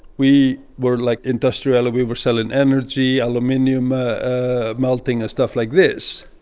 we were, like, industrial. we were selling energy, aluminium ah ah melting, stuff like this.